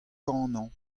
kanañ